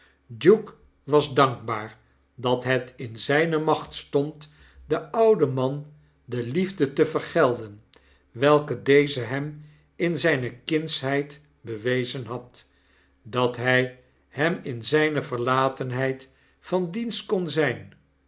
duke was dankbaar dat het in zyne macht stond den ouden man de liefde te vergelden welke deze hem in zijne kindsheid bewezen had dat hy hem in zijne verlatenheid van dienst kon zyn